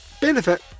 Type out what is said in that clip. benefit